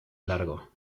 largo